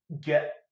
get